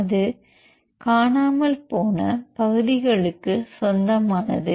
அது காணாமல் போன பகுதிகளுக்கு சொந்தமானது